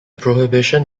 prohibition